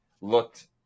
looked